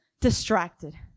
distracted